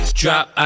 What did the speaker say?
drop